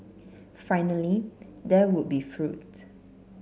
finally there would be fruit